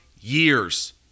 years